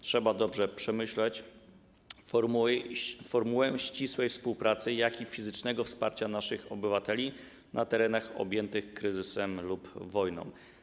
Trzeba dobrze przemyśleć formułę ścisłej współpracy, jak i fizycznego wsparcia naszych obywateli na terenach objętych kryzysem lub wojną.